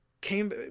came